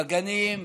בגנים,